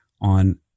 on